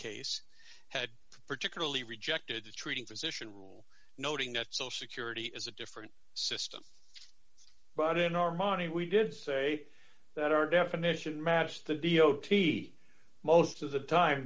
case had particularly rejected the treating physician rule noting that social security is a different system but in armani we did say that our definition matched the d o t d most of the time